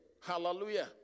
Hallelujah